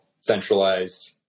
centralized